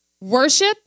Worship